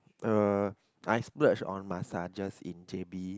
uh I splurge on massages in J_B